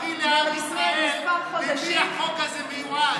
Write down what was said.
תספרי לעם ישראל למי החוק הזה מיועד.